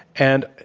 and